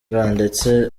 ndetse